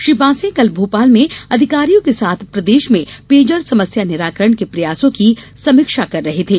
श्री पांसे कल भोपाल में अधिकारियों के साथ प्रदेश में पेयजल समस्या निराकरण के प्रयासों की समीक्षा कर रहे थे